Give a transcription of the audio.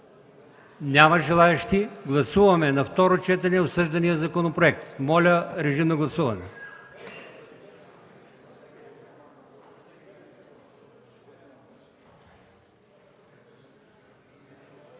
Няма желаещи. Гласуваме на второ четене обсъждания законопроект. Моля, гласувайте.